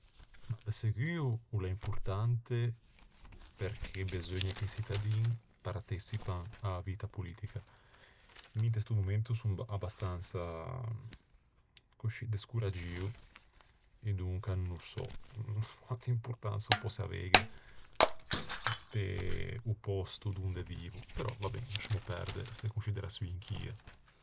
De seguo o l'é importante perché beseugna che i çittadin parteçipan a-a vitta politica. Mi inte sto momento son abastansa, coscì, descoraggio, e donca no sò quante importansa o pòsse aveighe pe-o pòsto donde vivo. Però va ben, lascemmo perde de conscideraçioin chie.